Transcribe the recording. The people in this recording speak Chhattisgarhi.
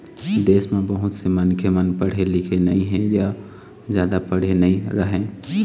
देश म बहुत से मनखे मन पढ़े लिखे नइ हे य जादा पढ़े नइ रहँय